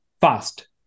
fast